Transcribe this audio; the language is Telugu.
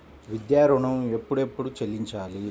విద్యా ఋణం ఎప్పుడెప్పుడు చెల్లించాలి?